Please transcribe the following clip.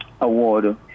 award